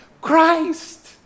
Christ